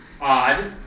Odd